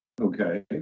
okay